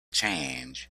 change